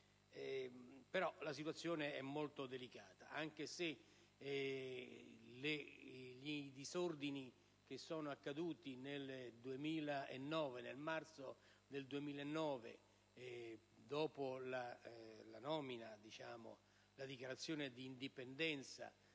e la situazione è molto delicata, anche se i disordini verificatisi nel marzo del 2009, dopo la dichiarazione d'indipendenza